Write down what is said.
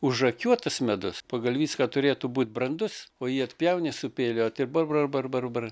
užakiuotas medus pagal viską turėtų būt brandus o jį atpjauni su peiliu ot ir bar bar bar bar bar